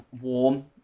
warm